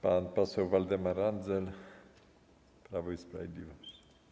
Pan poseł Waldemar Andzel, Prawo i Sprawiedliwość.